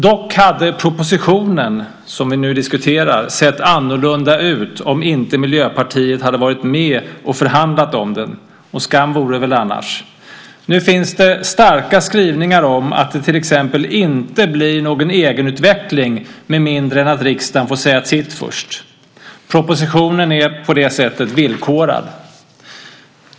Dock hade propositionen, som vi nu diskuterar, sett annorlunda ut om inte Miljöpartiet hade varit med och förhandlat om den - skam vore det väl annars. Nu finns det starka skrivningar om att det till exempel inte blir någon egenutveckling med mindre än att riksdagen får säga sitt först. Propositionen är på det sättet villkorad.